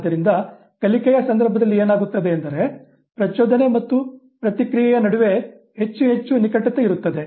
ಆದ್ದರಿಂದ ಕಲಿಕೆಯ ಸಂದರ್ಭದಲ್ಲಿ ಏನಾಗುತ್ತದೆ ಎಂದರೆ ಪ್ರಚೋದನೆ ಮತ್ತು ಪ್ರತಿಕ್ರಿಯೆಯ ನಡುವೆ ಹೆಚ್ಚು ಹೆಚ್ಚು ನಿಕಟತೆ ಇರುತ್ತದೆ